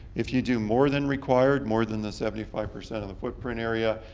if you do more than required, more than the seventy five percent of the footprint area,